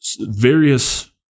various